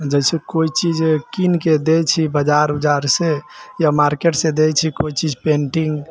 जैसे कोइ चीज कीनके दै छी बजार उजार से या मार्केटसँ दै छी कोइ चीज पेंटिंग